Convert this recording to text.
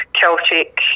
Celtic